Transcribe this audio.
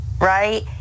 right